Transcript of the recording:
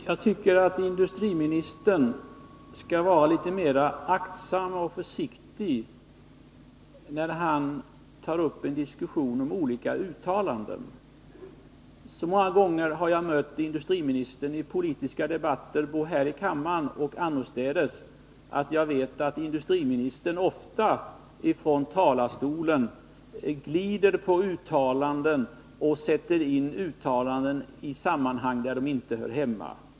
Herr talman! Jag tycker att industriministern skall vara litet mer aktsam och försiktig när han tar upp en diskussion om olika uttalanden. Så många gånger har jag mött industriministern i politiska debatter både här i kammaren och annorstädes att jag vet att industriministern från talarstolar förvränger uttalanden och sätter in dem i sammanhang där de inte hör hemma.